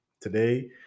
today